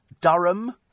Durham